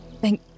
Thank